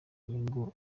nyungu